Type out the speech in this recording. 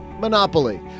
Monopoly